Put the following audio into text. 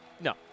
no